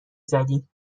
زدیم